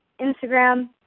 Instagram